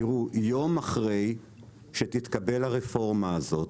תראו, יום אחרי שתתקבל הרפורמה הזאת,